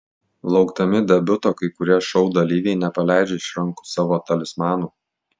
laukdami debiuto kai kurie šou dalyviai nepaleidžia iš rankų savo talismanų